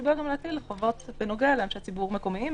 סיבה גם להטיל חובות בנוגע לאנשי ציבור מקומיים,